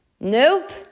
Nope